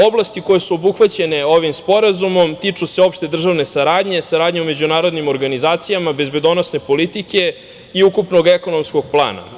Oblasti koje su obuhvaćene ovim sporazumom tiču se opšte državne saradnje, saradnje u međunarodnim organizacijama, bezbednosne politike i ukupnog ekonomskog plana.